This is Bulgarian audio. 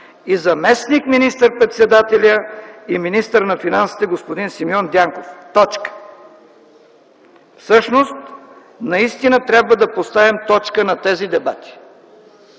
и заместник министър-председателя и министър на финансите господин Симеон Дянков” – точка. Всъщност наистина трябва да поставим точка на тези дебати.